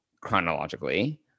chronologically